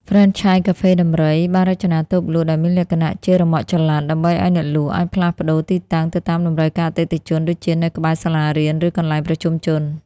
ហ្វ្រេនឆាយ កាហ្វេដំរី (Elephant Coffee) បានរចនាតូបលក់ដែលមានលក្ខណៈជា "រ៉ឺម៉កចល័ត" ដើម្បីឱ្យអ្នកលក់អាចផ្លាស់ប្តូរទីតាំងទៅតាមតម្រូវការអតិថិជន ដូចជានៅក្បែរសាលារៀន ឬកន្លែងប្រជុំជន។